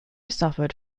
suffered